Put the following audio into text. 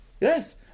Yes